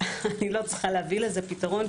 אני לא צריכה להביא לזה פתרון.